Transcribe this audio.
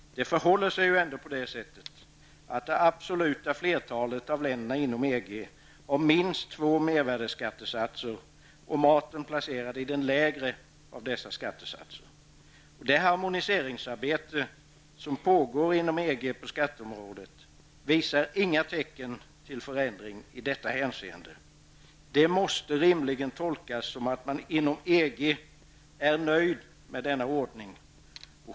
Det förhåller sig ändå på det sättet att det absoluta flertalet av länderna inom EG har minst två mervärdeskattesatser och maten placerad i den lägre av dessa skattesatser. Det harmoniseringsarbete som pågår inom EG på skatteområdet visar inga tecken till förändring i detta hänseende. Det måste rimligen tolkas som att man inom EG är nöjd med denna ordning.